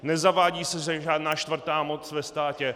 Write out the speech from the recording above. Nezavádí se zde žádná čtvrtá moc ve státě.